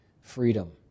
freedom